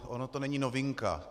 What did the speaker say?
Ona to není novinka.